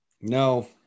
No